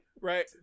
Right